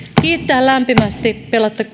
kiittää lämpimästi